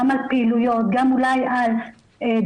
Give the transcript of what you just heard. גם על פעילויות,